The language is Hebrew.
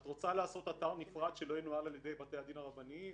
את רוצה לעשות אתר נפרד שלא ינוהל על ידי בתי הדין הרבניים?